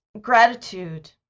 gratitude